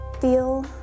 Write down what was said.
feel